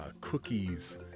cookies